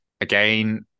Again